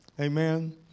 Amen